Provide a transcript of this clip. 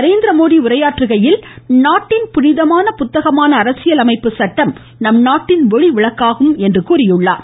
நரேந்திரமோடி உரையாற்றுகையில் நாட்டின் புனிதமான புத்தகமான அரசியல் அமைப்புச்சட்டம் நம்நாட்டின் ஒளி விளக்காகும் என்று கூறியுள்ளார்